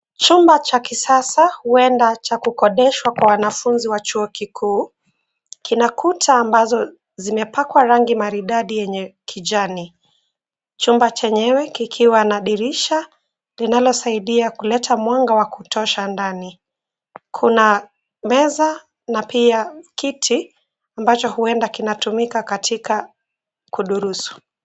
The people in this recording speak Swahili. Cumba cha kisasa, huenda cha kukodeshwa kwa wanafunzi wa chuo kikuu, kina kuta ambazo zimepakwa rangi maridadi yenye kijani. Chumba chenyewe kikiwa na dirisha linalosaidia kuleta mwanga wa kutosha ndani. Kuna meza na pia kiti ambacho huenda kinatumika katika kudurusu.